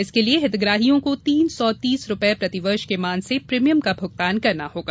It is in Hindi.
इसके लिए हितग्राहियों को तीन सौ तीस रुपये प्रतिवर्ष के मान से प्रीभियम का भूगतान करना होगा